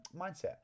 mindset